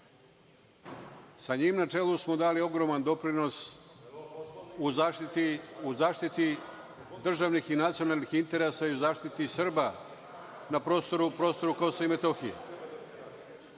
njim na čelu smo dali ogroman doprinos u zaštiti državnih i nacionalnih interesa u zaštiti Srba na prostoru KiM.